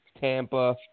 Tampa